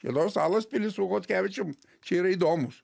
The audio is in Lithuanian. ir nors salos pilį su chodkevičium čia yra įdomūs